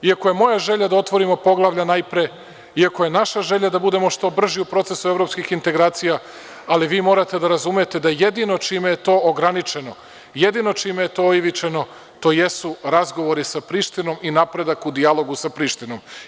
Iako je moja želja da otvorimo poglavlja najpre, iako je naša želja da budemo što brži u procesu evropskih integracija, vi morate da razumete da jedino čime je to ograničeno, jedino čime je to oivičeno to jesu razgovori sa Prištinom i napredak u dijalogu sa Prištinom.